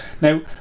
now